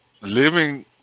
living